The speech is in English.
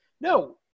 no